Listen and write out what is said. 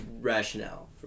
rationale